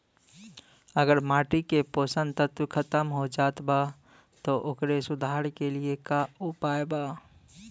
अगर माटी के पोषक तत्व खत्म हो जात बा त ओकरे सुधार के लिए का उपाय बा?